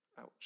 Ouch